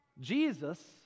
Jesus